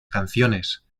canciones